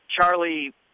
Charlie